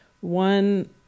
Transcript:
one